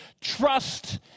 Trust